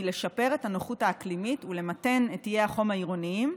היא לשפר את הנוחות האקלימית ולמתן את איי החום העירוניים,